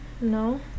No